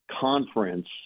conference